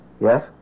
Yes